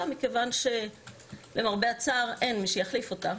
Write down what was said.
מכיוון שלמרבה הצער אין מי שיחליף אותה